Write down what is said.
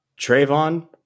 Trayvon